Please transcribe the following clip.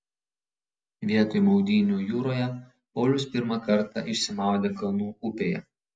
vietoj maudynių jūroje paulius pirmą kartą išsimaudė kalnų upėje